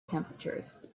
temperatures